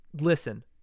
listen